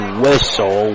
whistle